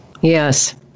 Yes